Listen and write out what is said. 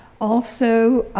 also,